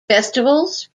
festivals